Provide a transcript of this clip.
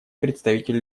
представитель